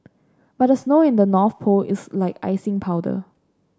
but the snow in the North Pole is like icing powder